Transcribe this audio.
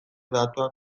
datuak